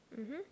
mmhmm